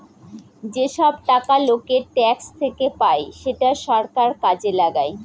যেসব টাকা লোকের ট্যাক্স থেকে পায় সেটা সরকার কাজে লাগায়